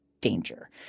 danger